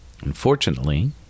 Unfortunately